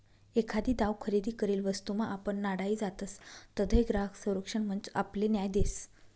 एखादी दाव खरेदी करेल वस्तूमा आपण नाडाई जातसं तधय ग्राहक संरक्षण मंच आपले न्याय देस